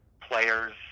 players